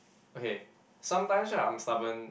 okay sometimes right I'm stubborn